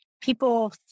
people